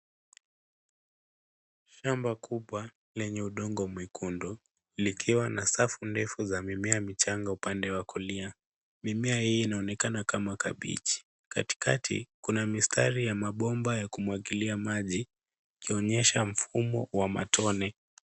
Shamba kubwa leney udongo mwekundu likiwa na safu ndefu za mimea michanga upande wa kulia. Mimea hii inaonekana kama kabechi. Katikati kuna mistari ya mabomba ya kumwagilia maji yakionyesha mfumo wa matone.